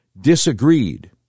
disagreed